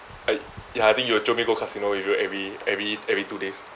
I ya I think you will jio me go casino with you every every every two days